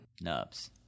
nubs